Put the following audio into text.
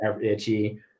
itchy